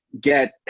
get